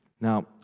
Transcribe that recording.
Now